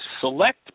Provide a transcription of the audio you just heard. select